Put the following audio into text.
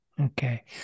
okay